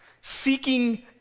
seeking